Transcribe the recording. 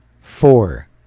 four